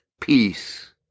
peace